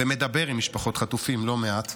ומדבר עם משפחות חטופים לא מעט,